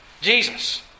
Jesus